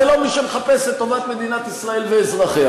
זה לא מי שמחפש את טובת מדינת ישראל ואזרחיה,